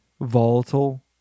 volatile